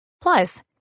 Plus